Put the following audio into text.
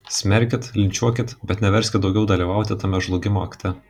smerkit linčiuokit bet neverskit toliau dalyvauti tame žlugimo akte